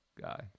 guy